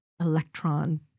electron